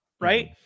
Right